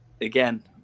again